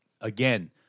Again